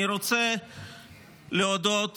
אני רוצה להודות